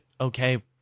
Okay